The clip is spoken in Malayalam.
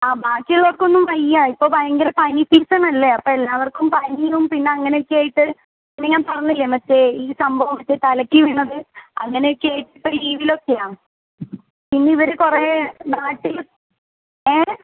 ആ ബാക്കി ഉള്ളവർക്കൊന്നും വയ്യ ഇപ്പം ഭയങ്കര പനി സീസൺ അല്ലേ അപ്പം എല്ലാവർക്കും പനിയും പിന്നെ അങ്ങനെയെക്കെയായിട്ട് പിന്നെ ഞാൻ പറഞ്ഞില്ലേ മറ്റേ ഈ സംഭവം മറ്റെ തലയ്ക്ക് വീണത് അങ്ങനെയെക്കെ ആയി ഇപ്പം ലീവിലൊക്കെയാണ് പിന്നെ ഇവർ കുറേ നാട്ടിലും ഏ